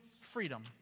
freedom